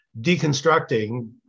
deconstructing